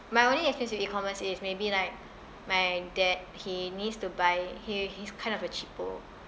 my only experience with E commerce is maybe like my dad he needs to buy he he's kind of a cheapo